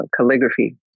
calligraphy